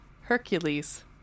Hercules